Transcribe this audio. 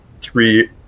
three